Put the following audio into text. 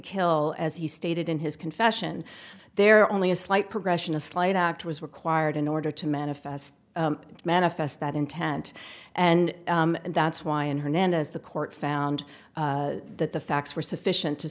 kill as he stated in his confession there only a slight progression a slight act was required in order to manifest manifest that intent and that's why in hernandez the court found that the facts were sufficient to